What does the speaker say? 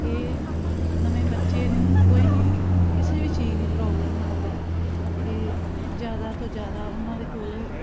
ਕਿ ਨਵੇਂ ਬੱਚੇ ਨੂੰ ਕੋਈ ਵੀ ਕਿਸੇ ਵੀ ਚੀਜ਼ ਦੀ ਪ੍ਰੋਬਲਮ ਨਾ ਹੋਵੇ ਕਿ ਜ਼ਿਆਦਾ ਤੋਂ ਜ਼ਿਆਦਾ ਉਹਨਾਂ ਦੇ ਕੋਲ